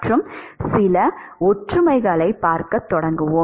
மற்றும் சில ஒற்றுமைகளைப் பார்க்கத் தொடங்குவோம்